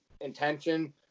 intention